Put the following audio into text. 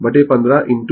मुझे बतायें यह चीज